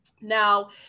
now